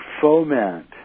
foment